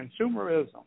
Consumerism